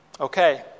Okay